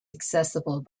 accessible